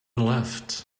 left